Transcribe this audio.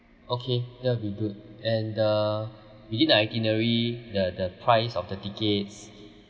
okay that'll be good and uh within the itinerary the the price of the tickets